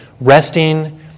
resting